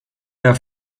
mehr